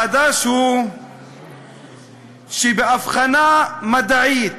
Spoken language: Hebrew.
החדש הוא שבאבחנה מדעית